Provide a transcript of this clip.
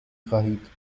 خواهید